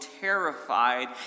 terrified